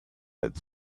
had